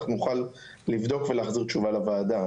אנחנו נוכל לבדוק ולהחזיר תשובה לוועדה.